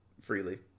freely